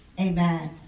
Amen